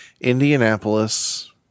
indianapolis